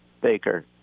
Baker